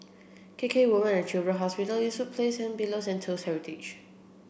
K K Women and Children Hospital Eastwood Place and Pillows and Toast Heritage